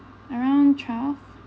around twelve